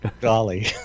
Golly